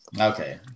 Okay